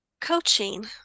coaching